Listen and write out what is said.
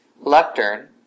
lectern